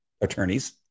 attorneys